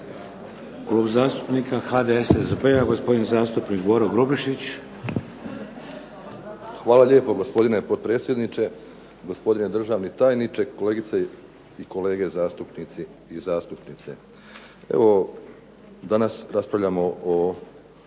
Klub zastupnika HDSSB-a gospodin zastupnik Boro Grubišić. **Grubišić, Boro (HDSSB)** Hvala lijepa gospodine potpredsjedniče, gospodine državni tajniče, kolegice i kolege zastupnice i zastupnici. Evo, danas raspravljamo o